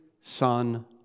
Son